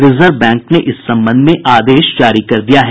reserve bank ने इस संबंध में आदेश जारी कर दिया है